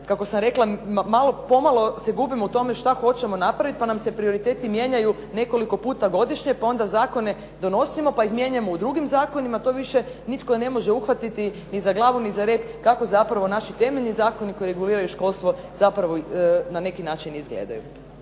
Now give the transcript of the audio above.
kako sam rekla malo pomalo se gubimo u tome što hoćemo napraviti pa nam se prioriteti mijenjaju nekoliko puta godišnje pa onda zakone donosimo pa ih mijenjamo u drugim zakonima, to više nitko ne može uhvatiti ni za glavu ni za rep kako zapravo naši temeljni zakoni koji reguliraju školstvo zapravo na neki način izgledaju.